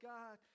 God